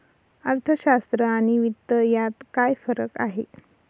अर्थशास्त्र आणि वित्त यात काय फरक आहे